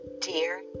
Dear